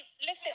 Listen